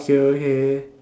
okay okay